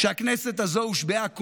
כשהכנסת הזו הושבעה,